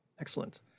excellent